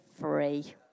free